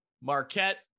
Marquette